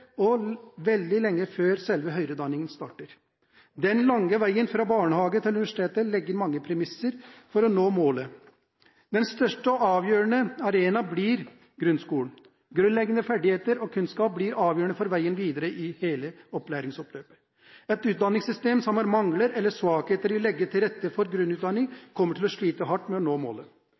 og veldig lenge før, den høyere utdanningen starter. Den lange veien fra barnehage til universitet legger mange premisser for å nå målet. Den største og avgjørende arena blir grunnskolen. Grunnleggende ferdigheter og kunnskap blir avgjørende for veien videre i hele opplæringsoppløpet. Et utdanningssystem som har mangler eller svakheter i å legge til rette for grunnutdanningen, kommer til å slite hardt med å nå målet.